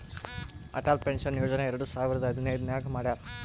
Atal pension Yojana ಎರಡು ಸಾವಿರದ ಹದಿನೈದ್ ನಾಗ್ ಮಾಡ್ಯಾರ್